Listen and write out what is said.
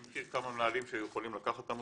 אני מכיר כמה מנהלים שיכולים לקחת את המוסד.